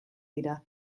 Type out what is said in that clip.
dira